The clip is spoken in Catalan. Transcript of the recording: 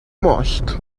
most